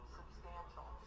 substantial